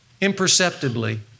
imperceptibly